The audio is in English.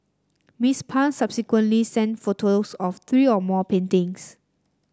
Miss Pang subsequently sent photos of three or more paintings